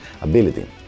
ability